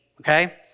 okay